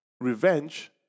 revenge